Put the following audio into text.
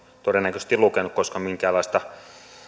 todennäköisesti lukenut koska minkäänlaista